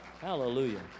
Hallelujah